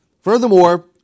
Furthermore